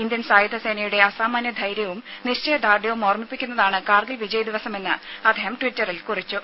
Indian സായുധ സേനയുടെ അസാമാന്യ ധൈര്യവും നിശ്ചയ ദാർഢ്യവും ഓർമ്മിപ്പിക്കുന്നതാണ് കാർഗിൽ വിജയ് ദിവസമെന്ന് അദ്ദേഹം ട്വിറ്ററിൽ കുറിച്ചു